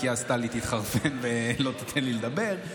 כי אז טלי תתחרפן ולא תיתן לי לדבר.